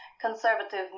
conservative